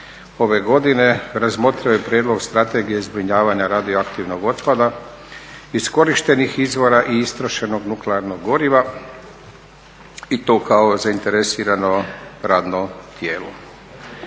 ove godine razmotrio je prijedlog strategije zbrinjavanja radioaktivnog otpada iz korištenih izvora i istrošenog nuklearnog goriva i to kao zainteresirano radno tijelo.